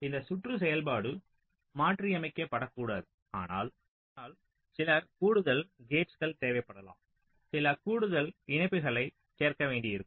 இந்த சுற்று செயல்பாடு மாற்றியமைக்கப்படக்கூடாது ஆனால் சில கூடுதல் கேட்ஸ்கள் கேட் தேவைப்படலாம் சில கூடுதல் இணைப்புகளைச் சேர்க்க வேண்டியிருக்கும்